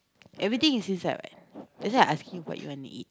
everything is inside what that's why I asking you what you wanna eat